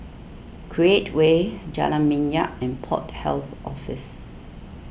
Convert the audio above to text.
Create Way Jalan Minyak and Port Health Office